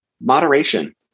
Moderation